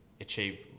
achieve